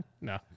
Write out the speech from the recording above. No